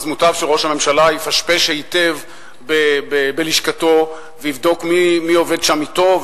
אז מוטב שראש הממשלה יפשפש היטב בלשכתו ויבדוק מי עובד שם טוב,